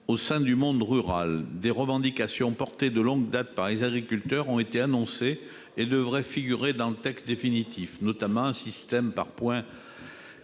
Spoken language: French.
au sein du monde rural. Des revendications soutenues de longue date par les agriculteurs devraient figurer dans le texte définitif, notamment un système par points